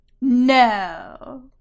No